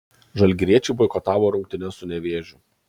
žalgiriečiai boikotavo rungtynes su nevėžiu